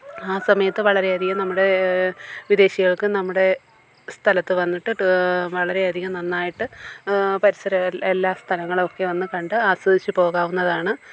ആ സമയത്ത് വളരെയധികം നമ്മുടെ വിദേശികൾക്ക് നമ്മുടെ സ്ഥലത്ത് വന്നിട്ട് വളരെയധികം നന്നായിട്ട് പരിസരം എല്ലാ സ്ഥലങ്ങളും ഒക്കെയൊന്ന് കണ്ട് ആസ്വദിച്ച് പോകാവുന്നതാണ്